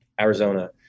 Arizona